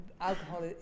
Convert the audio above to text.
Alcohol